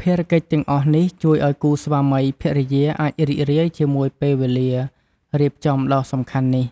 ភារកិច្ចទាំងអស់នេះជួយឲ្យគូស្វាមីភរិយាអាចរីករាយជាមួយពេលវេលារៀបចំដ៏សំខាន់នេះ